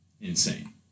Insane